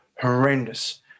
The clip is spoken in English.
horrendous